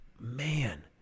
man